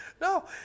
No